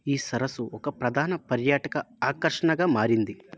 ఈ సరస్సు ఒక ప్రధాన పర్యాటక ఆకర్షణగా మారింది